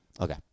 Okay